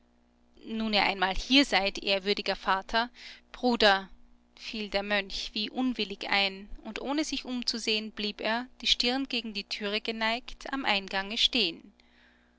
nun ihr einmal hier seid ehrwürdiger vater bruder fiel der mönch wie unwillig ein und ohne sich umzusehen blieb er die stirn gegen die türe geneigt am eingange stehen